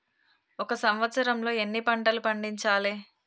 ఒక సంవత్సరంలో ఎన్ని పంటలు పండించాలే?